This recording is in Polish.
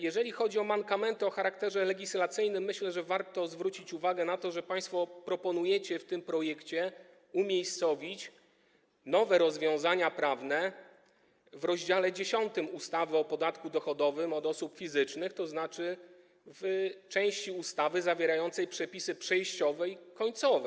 Jeżeli chodzi o mankamenty o charakterze legislacyjnym, myślę, że warto zwrócić uwagę na to, że państwo proponujecie w tym projekcie umiejscowić nowe rozwiązania prawne w rozdziale 10 ustawy o podatku dochodowym od osób fizycznych, tj. w części ustawy zawierającej przepisy przejściowe i końcowe.